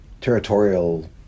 territorial